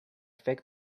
faked